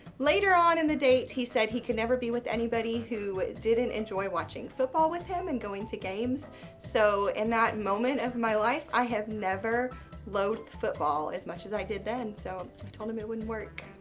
later on in the date he said he could never be with anybody who didn't enjoy watching football with him and going to games so in that moment of my life i have never loathed football as much as i did then. so i told him it wouldn't work.